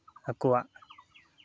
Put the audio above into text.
ᱟᱠᱚᱣᱟᱜ